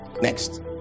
Next